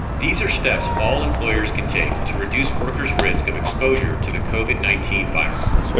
these are steps all employers can take to reduce workers' risk of exposure to the covid nineteen virus.